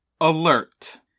alert